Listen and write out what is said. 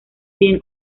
bien